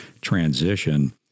transition